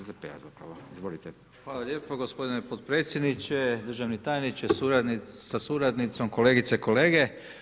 Hvala lijepo gospodine potpredsjedniče, državni tajnice sa suradnicom, kolegice i kolege.